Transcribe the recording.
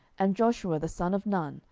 and joshua the son of nun,